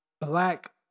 Black